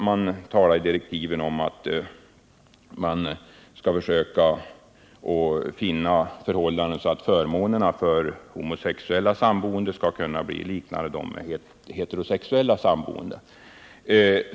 I direktiven sägs det att man skall försöka finna former för att förmånerna för de homosexuella samboende skall kunna likna förmånerna för de heterosexuella samboende.